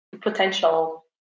potential